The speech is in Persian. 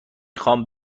خوام